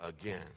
again